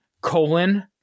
colon